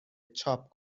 چاپ